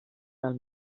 del